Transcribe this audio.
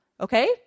Okay